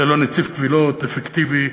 ללא נציב קבילות אפקטיבי,